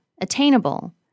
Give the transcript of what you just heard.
attainable